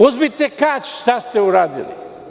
Uzmite Kać šta ste radili.